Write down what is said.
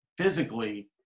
physically